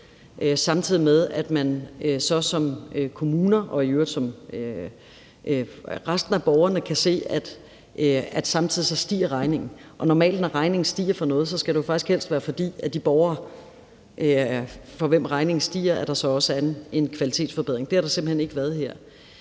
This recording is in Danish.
samtidig med at man så som kommune og i øvrigt resten af borgerne kan se, at regningen stiger. Normalt når regningen stiger for noget, skal det jo faktisk helst være, fordi der for de borgere, for hvem regningen stiger, så også er en kvalitetsforbedring, og det har der simpelt hen ikke været her.